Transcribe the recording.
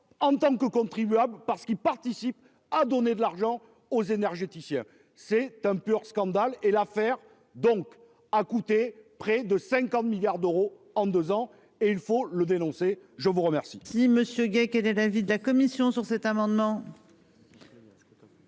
en tant que contribuable, parce qu'il participe à donner de l'argent aux énergéticiens. C'est un pur scandale et l'affaire donc a coûté près de 50 milliards d'euros en 2 ans et il faut le dénoncer, je vous remercie.